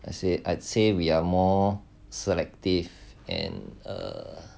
I say I'd say we are more selective and uh